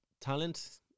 talent